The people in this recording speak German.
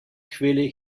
quelle